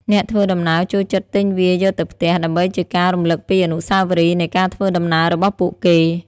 អ្នកធ្វើដំណើរចូលចិត្តទិញវាយកទៅផ្ទះ ដើម្បីជាការរំលឹកពីអនុស្សាវរីយ៍នៃការធ្វើដំណើររបស់ពួកគេ។